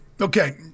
Okay